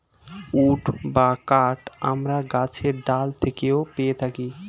would বা কাঠ আমরা গাছের ডাল থেকেও পেয়ে থাকি